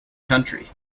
country